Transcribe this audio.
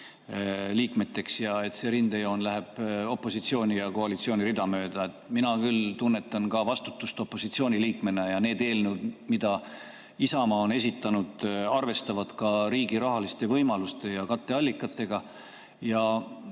liikmeteks. Ja et see rindejoon läheb opositsiooni ja koalitsiooni rida mööda? Mina küll tunnetan vastutust opositsiooni liikmena ja need eelnõud, mida Isamaa on esitanud, arvestavad ka riigi rahaliste võimaluste ja katteallikatega.